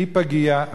הכי פגיע,